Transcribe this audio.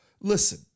Listen